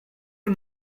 two